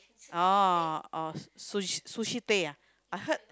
oh oh sushi Sushi Tei ya I heard